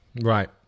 Right